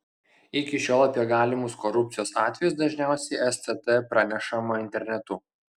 iki šiol apie galimus korupcijos atvejus dažniausiai stt pranešama internetu